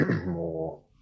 more